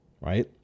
right